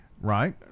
Right